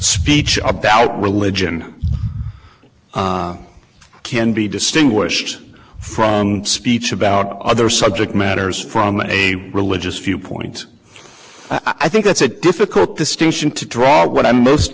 speech about religion can be distinguished from speech about other subject matters from a religious viewpoint i think that's a difficult the station to draw what i'm most